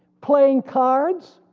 playing cards,